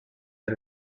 del